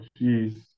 jeez